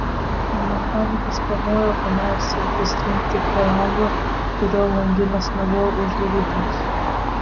mechanikas pamojo pameistriui prislinkti prie lango kurio langinės nebuvo uždarytos